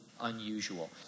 unusual